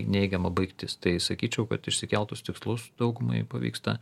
neigiama baigtis tai sakyčiau kad išsikeltus tikslus daugumai pavyksta